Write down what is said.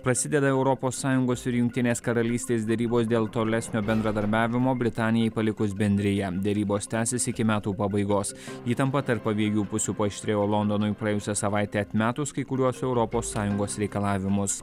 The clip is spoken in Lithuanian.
prasideda europos sąjungos ir jungtinės karalystės derybos dėl tolesnio bendradarbiavimo britanijai palikus bendriją derybos tęsis iki metų pabaigos įtampa tarp abiejų pusių paaštrėjo londonui praėjusią savaitę atmetus kai kuriuos europos sąjungos reikalavimus